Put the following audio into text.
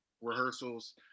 rehearsals